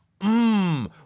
Mmm